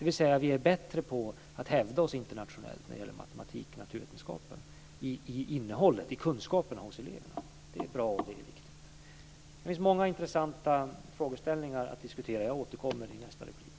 Vi är bättre på att hävda oss internationellt när det gäller matematik och naturvetenskapen i innehållet, i kunskaperna hos eleverna. Det är bra, och det är viktigt. Det finns många intressanta frågeställningar att diskutera. Jag återkommer i nästa replik.